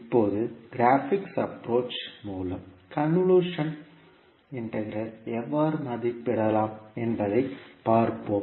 இப்போது graphical approach மூலம் convolution integral எவ்வாறு மதிப்பிடலாம் என்பதை பார்ப்போம்